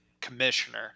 commissioner